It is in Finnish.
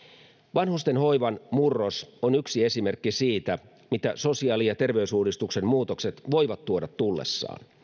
vanhustenhoivan murros on yksi esimerkki siitä mitä sosiaali ja terveysuudistuksen muutokset voivat tuoda tullessaan